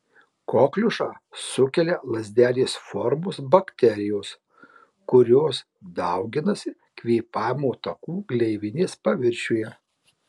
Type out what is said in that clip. kokliušą sukelia lazdelės formos bakterijos kurios dauginasi kvėpavimo takų gleivinės paviršiuje